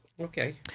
Okay